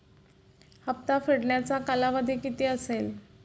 हप्ता फेडण्याचा कालावधी किती असेल?